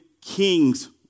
kings